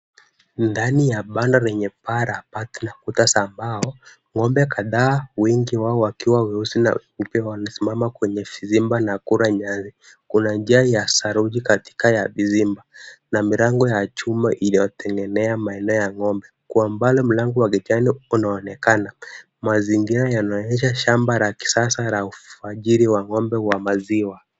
Ndani ya banda yenye paa lenye bati na kuta za mbao, ng'ombe kadhaa, wengi wao wakiwa weusi na weupe, wamesimama kwenye vizimba na kula nyasi. Kuna njia ya saruji katika ya vizimba na mlango ya chuma inayotegemea maeneo ya ng'ombe. Kwa mbali mlango wa kijani unaonekana. Mazingira yanaonyesha mazingira ya shamba ya kisasa la ufajili wa ng'ombe wa maziwa.